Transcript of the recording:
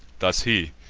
thus he.